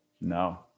No